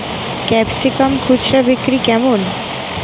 Capsicum খুচরা বিক্রি কেমন?